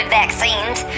vaccines